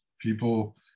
people